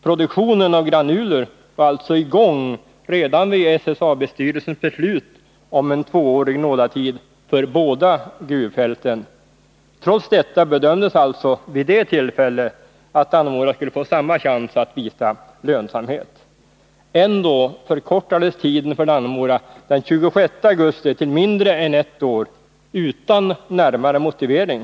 Produktionen av granuler var alltså i gång redan vid SSAB-styrelsens beslut om en tvåårig nådatid för båda gruvfälten. Trots detta bedömdes alltså vid det tillfället att Dannemora skulle få samma chans att visa lönsamhet. Ändå förkortades tiden för Dannemora den 26 augusti till mindre än ett år utan närmare motivering.